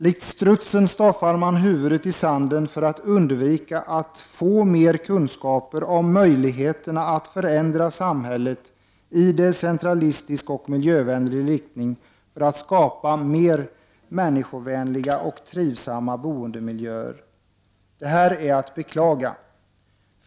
Likt strutsen stoppar man huvudet i sanden för att undvika att få mer kunskaper om möjligheterna att förändra samhället i decentralistisk och miljövänlig riktning för att skapa mer människovänliga och trivsamma boendemiljöer. Det är att beklaga.